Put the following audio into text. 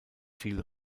viel